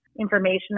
information